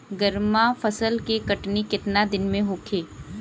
गर्मा फसल के कटनी केतना दिन में होखे?